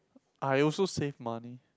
I also save money